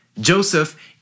Joseph